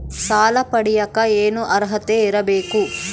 ಸಾಲ ಪಡಿಯಕ ಏನು ಅರ್ಹತೆ ಇರಬೇಕು?